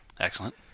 Excellent